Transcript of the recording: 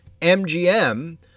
MGM